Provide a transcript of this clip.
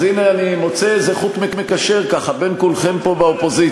אז הנה אני מוצא איזה חוט מקשר ככה בין כולכם פה באופוזיציה.